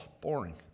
boring